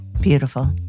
Beautiful